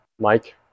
Mike